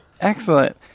Excellent